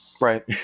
Right